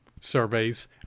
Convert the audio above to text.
surveys